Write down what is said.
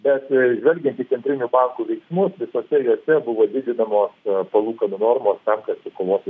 bet žvelgiant į centrinių bankų veiksmus visuose juose buvo didinamos palūkanų normos tam kad kovoti